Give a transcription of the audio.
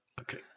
Okay